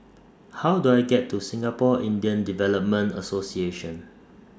How Do I get to Singapore Indian Development Association